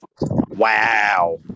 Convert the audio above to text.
wow